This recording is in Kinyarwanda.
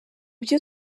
byo